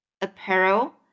apparel